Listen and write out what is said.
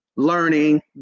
learning